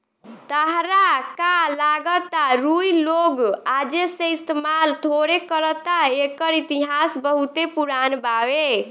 ताहरा का लागता रुई लोग आजे से इस्तमाल थोड़े करता एकर इतिहास बहुते पुरान बावे